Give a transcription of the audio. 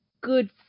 good